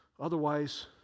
otherwise